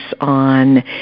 on